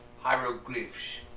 hieroglyphs